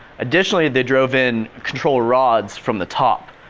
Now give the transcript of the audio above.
additionally they drove in control rods from the top.